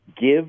give